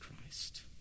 Christ